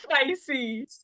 spicy